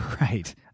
Right